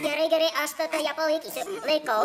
gerai gerai aš tada ją palaikysiu laikau